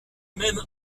même